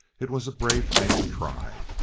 it was a brave thing to try,